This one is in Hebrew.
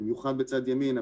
במיוחד בצד ימין,